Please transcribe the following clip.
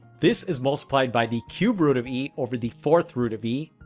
this is multiplied by the cube root of e over the fourth root of e.